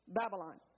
Babylon